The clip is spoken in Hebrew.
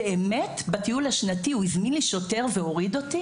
באמת, בטיול השנתי הוא הזמין לי שוטר והוריד אותי